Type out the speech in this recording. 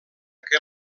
que